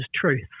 truth